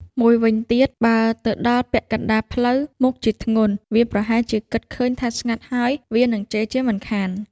មួយវិញទៀតបើទៅដល់ពាក់កណ្ដាលផ្លូវវាមុខជាធ្ងន់ វាប្រហែលជាគិតឃើញថាស្ងាត់ហើយ វានឹងជេរជាមិនខាន។